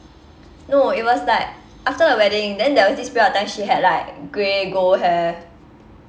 no it was like after the wedding then there was this period of time she had like grey gold hair